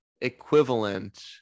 equivalent